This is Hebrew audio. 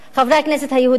חברי הכנסת היהודים,